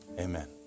Amen